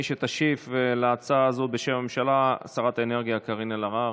תשיב על ההצעה הזו בשם הממשלה שרת האנרגיה קארין אלהרר.